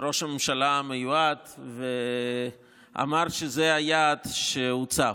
ראש הממשלה המיועד ואמר שזה היעד שהוצב.